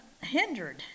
hindered